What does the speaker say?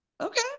Okay